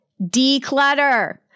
declutter